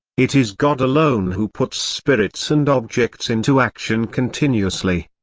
it is god alone who puts spirits and objects into action continuously.